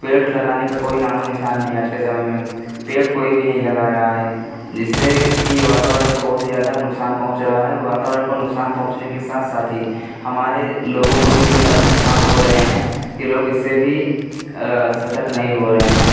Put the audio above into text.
पेड़ लगाने का कोई नामो निशान नहीं आज के समय में पेड़ कोई भी नहीं लगा रहा है जिससे कि वातावरण को बहुत ही ज़्यादा नुक़सान पहुँच रहा है वातावरण को नुक़सान पहुँचने के साथ साथ ही हमारे लोगों को भी इतने ज़्यादा नुक़सान हो रहे हैं कि लोग इससे भी सतर्क नहीं हो रहे हैं